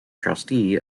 trustee